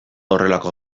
horrelako